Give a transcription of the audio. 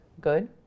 good